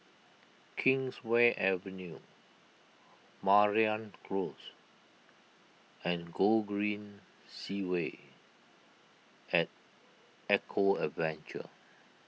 Kingswear Avenue Mariam Close and Gogreen Segway at Eco Adventure